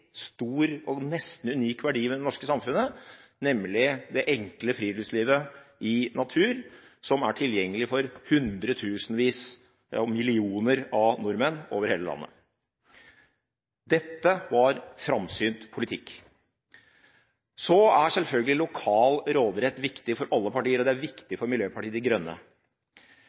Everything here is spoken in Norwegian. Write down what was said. stor og nesten unik verdi ved det norske samfunnet, nemlig det enkle friluftslivet i natur som er tilgjengelig for hundre tusenvis, ja millioner av nordmenn over hele landet. Dette var framsynt politikk. Så er selvfølgelig lokal råderett viktig for alle partier, og det er viktig for Miljøpartiet De Grønne.